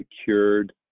secured